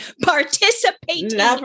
Participating